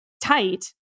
tight